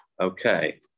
Okay